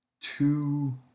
two